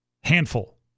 Handful